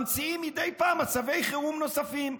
ממציאים מדי פעם מצבי חירום נוספים,